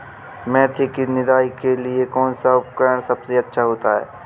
मेथी की निदाई के लिए कौन सा उपकरण सबसे अच्छा होता है?